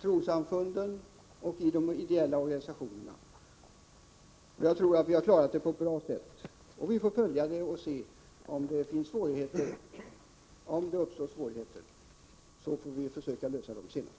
trossamfund och ideella organisationer utomlands. Låt oss nu följa utvecklingen. Om det uppkommer svårigheter, så får vi försöka lösa dem.